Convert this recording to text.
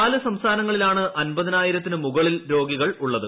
നാല് സംസ്ഥാനങ്ങളിലാണ് അൻപതിനായിരത്തിനു മുകളിൽ രോഗികൾ ഉള്ളത്